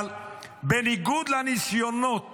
אבל בניגוד לניסיונות